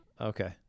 okay